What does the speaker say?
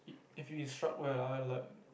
if you instruct well ah I like